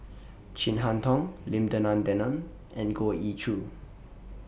Chin Harn Tong Lim Denan Denon and Goh Ee Choo